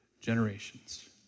GENERATIONS